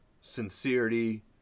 sincerity